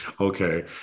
Okay